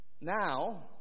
Now